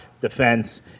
defense